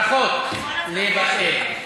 ברכות לבת-אל.